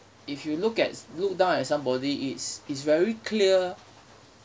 if you look at look down at somebody it's it's very clear